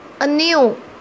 anew